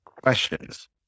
questions